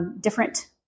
different